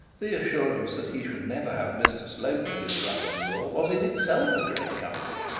the assurance that he should never have mr slope for his brother-in-law was in itself a great comfort.